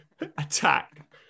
attack